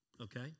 okay